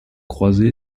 croisé